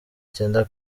cyenda